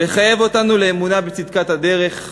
לחייב אותנו לאמונה בצדקת הדרך,